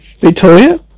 Victoria